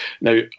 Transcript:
Now